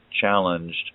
challenged